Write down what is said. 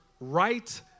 right